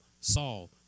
Saul